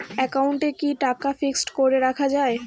একাউন্টে কি টাকা ফিক্সড করে রাখা যায়?